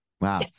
Wow